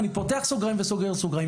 אני פותח סוגריים וסוגר סוגריים,